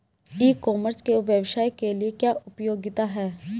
ई commerce के व्यवसाय के लिए क्या उपयोगिता है?